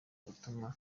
gutuma